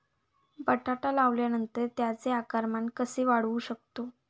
बटाटा लावल्यानंतर त्याचे आकारमान कसे वाढवू शकतो?